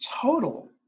total